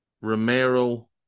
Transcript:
Romero